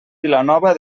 vilanova